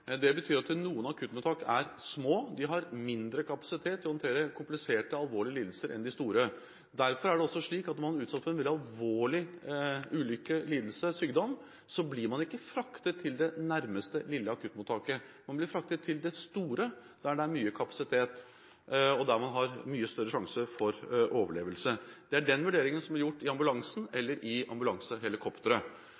Det betyr at noen akuttmottak er små – de har mindre kapasitet til å håndtere kompliserte og alvorlige lidelser enn de store. Derfor er det også slik at er man utsatt for en veldig alvorlig ulykke, lidelse eller sykdom, blir man ikke fraktet til det nærmeste, lille akuttmottaket. Man blir fraktet til det store, der det er mye kapasitet, og der man har mye større sjanse for overlevelse. Det er den vurderingen som blir gjort i ambulansen